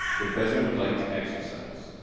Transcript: the president would like to exercise?